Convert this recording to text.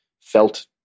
felt